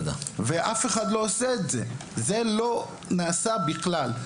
אף אחד לא עושה את זה, זה לא נעשה בכלל.